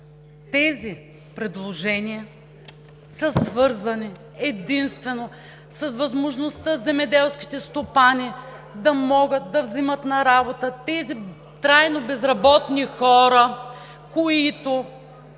тези предложения са свързани единствено с възможността земеделските стопани да могат да взимат на работа тези трайно безработни хора, които